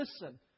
listen